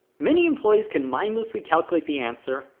many employees can mindlessly calculate the answer,